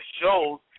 shows